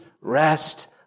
rest